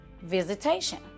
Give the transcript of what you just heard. visitation